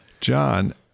John